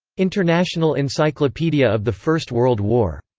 international encyclopedia of the first world war.